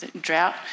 drought